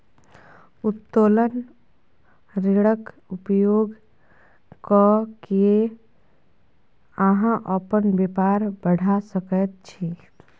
उत्तोलन ऋणक उपयोग क कए अहाँ अपन बेपार बढ़ा सकैत छी